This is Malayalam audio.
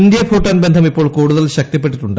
ഇന്ത്യ ഭൂട്ടാൻ ബന്ധം ഇപ്പോൾ കൂടുതൽ ശക്തിപ്പെട്ടിട്ടുണ്ട്